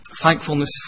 Thankfulness